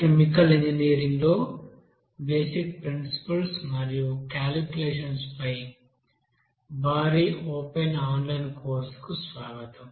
chemical ఇంజనీరింగ్లో basic principles మరియు calculations పై భారీ ఓపెన్ ఆన్లైన్ కోర్సుకు స్వాగతం